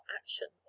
action